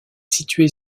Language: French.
située